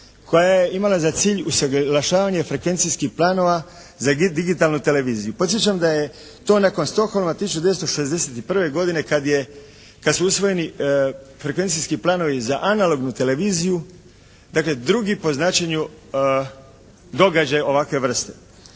koja je imala za cilj usaglašavanje frekvencijskih planova za digitalnu televiziju. Podsjećam da je to nakon Stockholma 1961. godine kad je, kad su usvojeni frekvencijski planovi za analognu televiziju dakle drugi po značenju događaj ovakve vrste.